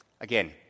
again